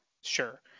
Sure